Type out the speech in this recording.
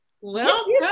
Welcome